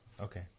Okay